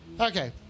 okay